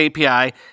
API